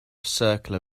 circle